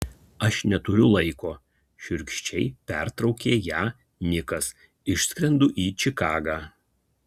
aš neturiu laiko šiurkščiai pertraukė ją nikas išskrendu į čikagą